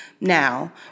now